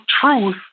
truth